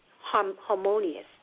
harmonious